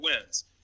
wins